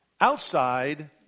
outside